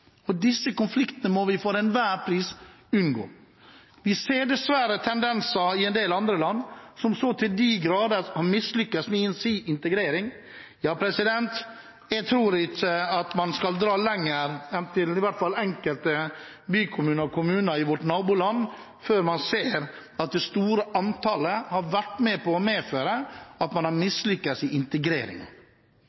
Disse konfliktene må vi for enhver pris unngå. Vi ser dessverre tendenser i en del andre land som så til de grader har mislyktes med sin integrering. Jeg tror ikke man skal dra lenger enn til i hvert fall enkelte bykommuner og kommuner i vårt naboland før man ser at det store antallet har vært med på å medføre at man har